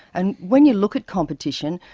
and when you look at competition,